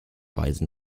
weisen